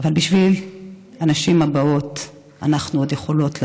אבל בשביל הנשים הבאות אנחנו עוד יכולות לעשות.